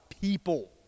people